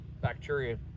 bacteria